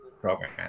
program